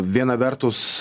viena vertus